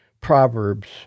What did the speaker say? Proverbs